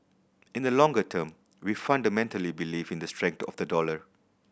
in the longer term we fundamentally believe in the strength of the dollar